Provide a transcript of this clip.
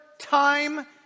time